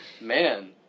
man